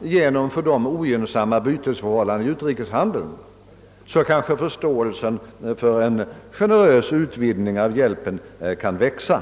genom för u-länderna ogynnsamma bytesförhållanden i utrikeshandeln. Då kanske förståelsen för tanken på en generös utvidgning av denna hjälp växer.